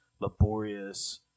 laborious